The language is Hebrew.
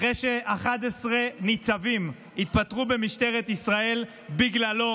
אחרי ש-11 ניצבים במשטרת ישראל התפטרו בגללו,